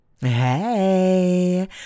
hey